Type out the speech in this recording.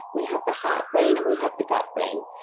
we have the heart brain and we have the gut brain.